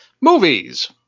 Movies